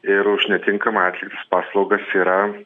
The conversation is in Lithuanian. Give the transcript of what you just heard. ir už netinkamą atlygis paslaugas yra